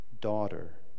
Daughter